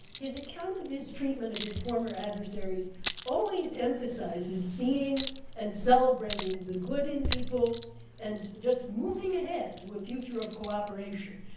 his account of his treatment of his former adversaries always emphasizes seeing and celebrating the good in people and just moving ahead to a future of cooperation,